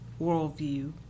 worldview